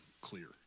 clear